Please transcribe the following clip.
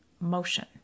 motion